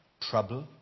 trouble